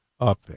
up